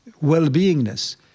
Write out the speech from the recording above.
well-beingness